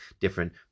different